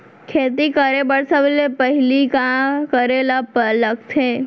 खेती करे बर सबले पहिली का करे ला लगथे?